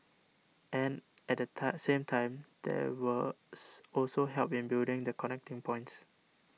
and at the same time there was also help in building the connecting points